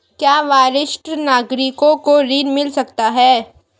क्या वरिष्ठ नागरिकों को ऋण मिल सकता है?